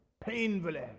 Painfully